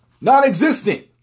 non-existent